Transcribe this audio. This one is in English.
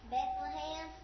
Bethlehem